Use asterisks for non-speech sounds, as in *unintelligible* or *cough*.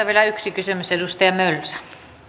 *unintelligible* vielä yksi kysymys edustaja mölsä